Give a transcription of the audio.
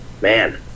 Man